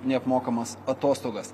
neapmokamas atostogas